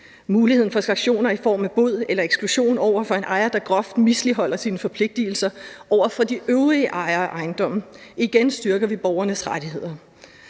muligheden for sanktioner i form af bod eller eksklusion over for en ejer, der groft misligholder sine forpligtelser over for de øvrige ejere i ejendommen. Igen styrker vi borgernes rettigheder.